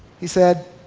he said,